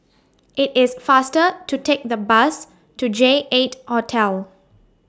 IT IS faster to Take The Bus to J eight Hotel